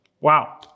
wow